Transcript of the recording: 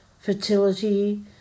Fertility